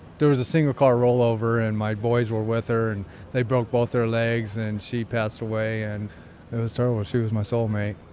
there was a single car rollover and my boys were with her, and they broke both their legs, and she passed away, and it was terrible. she was my soul mate